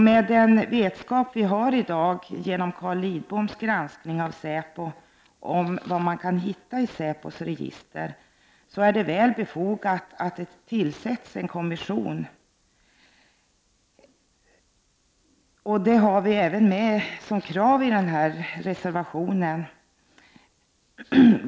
Med den vetskap som vi i dag har genom Carl Lidboms granskning av SÄPO över vad man kan hitta i SÄPO:s register är det väl befogat att det tillsätts en kommission. Även detta har vi med som ett krav i vår reservation.